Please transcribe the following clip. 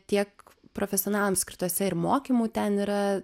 tiek profesionalams skirtose ir mokymų ten yra